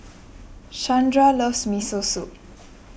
Shandra loves Miso Soup